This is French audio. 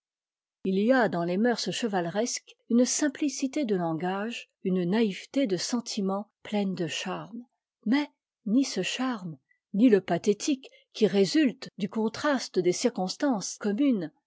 il y a dans les mœurs chevaleresques une simplicité de langage une naïveté de sentiment pleine de charme mais ni ce charme ni le pathétique qui résulte du contraste des circonstances communes